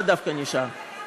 זאב, לישראל ביתנו יש שניים שם.